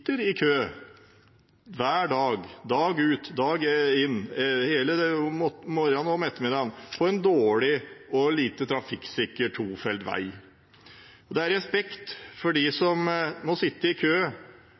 sitter i kø hver dag, dag ut og dag inn, om morgenen og om ettermiddagen, på en dårlig og lite trafikksikker tofeltsvei. Det er respekt for